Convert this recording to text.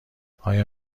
آیا